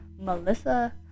Melissa